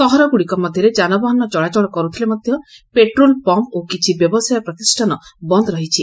ସହରଗୁଡ଼ିକ ମଧରେ ଯାନବାହାନ ଚଳାଚଳ କରୁଥିଲେ ମଧ ପେଟ୍ରୋଲ୍ ପମ୍ମ ଓ କିଛି ବ୍ୟବସାୟ ପ୍ରତିଷ୍ଷାନ ବନ୍ଦ ରହିଛି